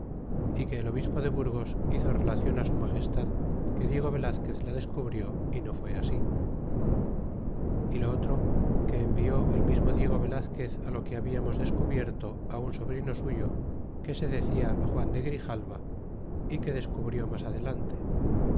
y que el obispo de burgos hizo relacion su magestad que diego velazquez la descubrió y no fué así y lo otro que envió el desmismo diego velazquez á lo que habiamos cubierto un sobrino suyo que se decia juan é de grijalva é que descubrió mas adelante